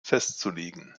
festzulegen